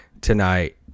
tonight